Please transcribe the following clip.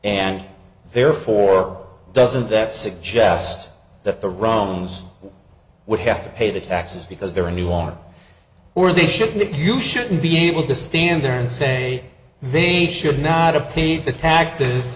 and therefore doesn't that suggest that the romans would have to pay the taxes because they are and you are were they shouldn't you shouldn't be able to stand there and say they should now to pay the taxes